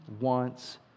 wants